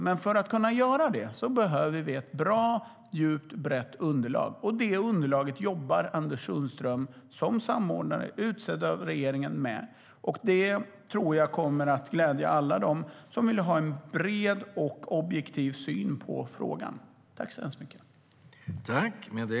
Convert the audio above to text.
Men för att kunna göra det behöver vi ett bra, djupt och brett underlag. Det underlaget jobbar Anders Sundström med, som samordnare, utsedd av regeringen. Det tror jag kommer att glädja alla dem som vill ha en bred och objektiv syn på frågan. Överläggningen var härmed avslutad.